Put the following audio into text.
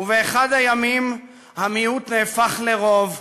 ובאחד הימים המיעוט נהפך לרוב,